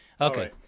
Okay